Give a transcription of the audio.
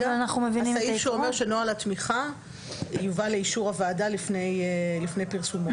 הסעיף שאומר שנוהל התמיכה יובא לאישור הוועדה לפני פרסומו.